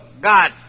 God